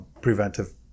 preventive